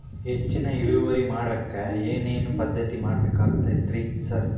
ಹೆಚ್ಚಿನ್ ಇಳುವರಿ ಮಾಡೋಕ್ ಏನ್ ಏನ್ ಪದ್ಧತಿ ಮಾಡಬೇಕಾಗ್ತದ್ರಿ ಸರ್?